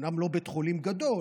אומנם לא בית חולים גדול,